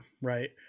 right